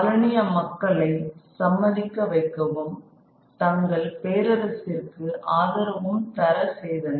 காலனிய மக்களை சம்மதிக்க வைக்கவும் தங்கள் பேரரசிற்கு ஆதரவும் தர செய்தனர்